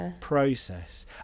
process